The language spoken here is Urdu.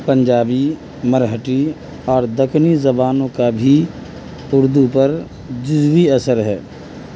پنجابی مرہٹی اور دکنی زبانوں کا بھی اردو پر جزوی اثر ہے